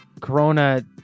Corona